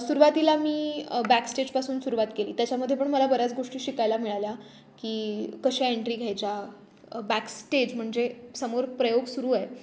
सुरुवातीला मी बॅक स्टेजपासून सुरुवात केली त्याच्यामध्ये पण मला बऱ्याच गोष्टी शिकायला मिळाल्या की कशा एंट्री घ्यायच्या बॅकस्टेज म्हणजे समोर प्रयोग सुरू आहे